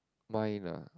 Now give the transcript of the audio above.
mine lah